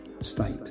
state